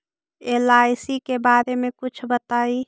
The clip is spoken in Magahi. एल.आई.सी के बारे मे कुछ बताई?